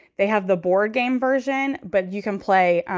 they have the board game version, but you can play.